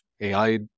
AI